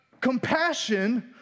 compassion